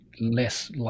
less